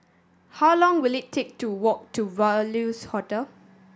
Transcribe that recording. how long will it take to walk to Values Hotel